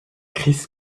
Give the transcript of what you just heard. chris